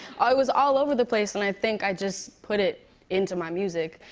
i was all over the place, and i think i just put it into my music.